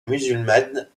musulmane